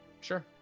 Sure